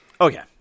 okay